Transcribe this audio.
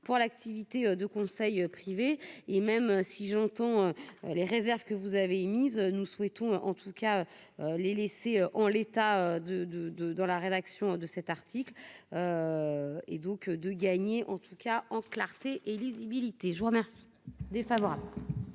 pour l'activité de conseil privés et même si j'entends les réserves que vous avez mise nous souhaitons en tout cas les laisser en l'état, de, de, de, dans la rédaction de cet article et donc de gagner en tout cas en clarté et lisibilité je vous remercie des favoris.